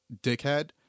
dickhead